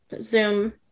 zoom